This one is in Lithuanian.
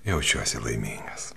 jaučiuosi laimingas